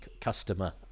customer